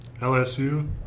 LSU